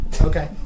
Okay